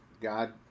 God